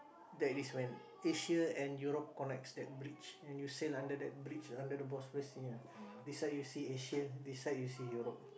that is when Asia and Europe connects that bridge when you sail under that bridge under the Bosphorus sea ya this side you see Asia this side you see Europe